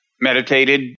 meditated